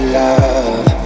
love